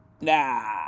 nah